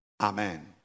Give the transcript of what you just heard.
Amen